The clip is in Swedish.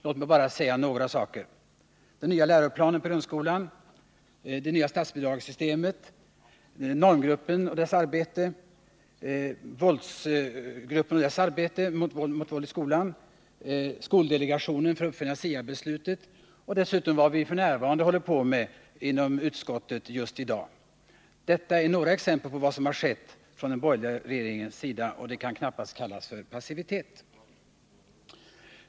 Låt mig bara nämna några saker: den nya läroplanen för grundskolan, det nya statsbidragssystemet, normgruppen, arbetsgruppen mot våld i skolan, skoldelegationen för uppföljning av STA-beslutet och dessutom vad vi f. n. håller på med inom utskottet. Det är alltså några exempel på vad som har gjorts från den borgerliga regeringens sida, och det kan knappast kallas för passivitet.